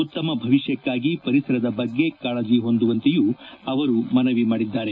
ಉತ್ತಮ ಭವಿಷ್ಕಕ್ನಾಗಿ ಪರಿಸರದ ಬಗ್ಗೆ ಕಾಳಜಿ ಹೊಂದುವಂತೆಯೂ ಅವರು ಮನವಿ ಮಾಡಿದ್ದಾರೆ